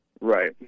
right